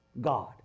God